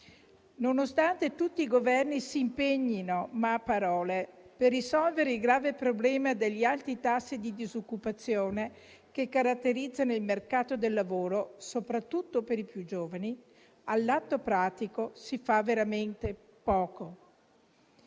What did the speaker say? Nonostante tutti i Governi si impegnino (ma a parole) per risolvere il grave problema degli alti tassi di disoccupazione che caratterizzano il mercato del lavoro soprattutto per i più giovani, all'atto pratico si fa veramente poco.